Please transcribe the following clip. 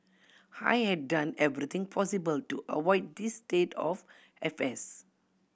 I had done everything possible to avoid this state of affairs